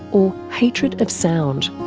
or hatred of sound.